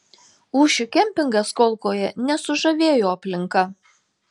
ūši kempingas kolkoje nesužavėjo aplinka